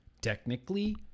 Technically